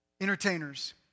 entertainers